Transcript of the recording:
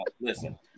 Listen